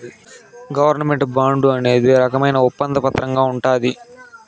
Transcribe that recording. government bond అనేది రకమైన ఒప్పంద పత్రంగా ఉంటది